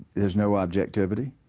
there's no objectivity,